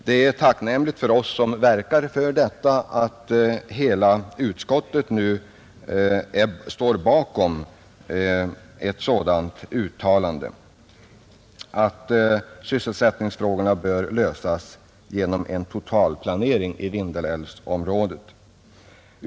Det är förhoppningsfullt för oss som verkar för denna sak att hela socialutskottet nu står bakom uttalandet att sysselsättningsfrågorna bör lösas genom en totalplanering i Vindelälvsområdet.